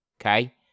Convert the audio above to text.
Okay